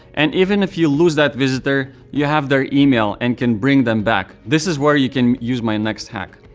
and even if you lose that visitor, you have their email and can bring them back. this is where you can use my next hack.